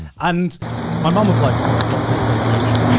and my mum was like, what's cultural appropriation?